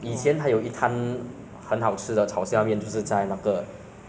ah 因为 ah pek zem~ 在炒那个那个福建虾面